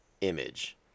image